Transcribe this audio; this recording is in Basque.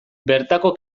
bertako